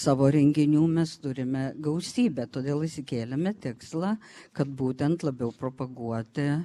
savo renginių mes turime gausybę todėl išsikėlėme tikslą kad būtent labiau propaguoti